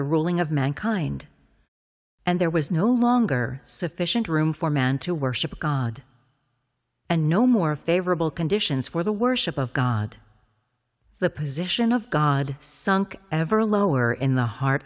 the ruling of mankind and there was no longer sufficient room for man to worship god and no more favorable conditions for the worship of god the position of god sunk ever lower in the heart